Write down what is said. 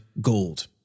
gold